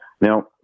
Now